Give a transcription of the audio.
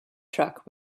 truck